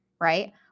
right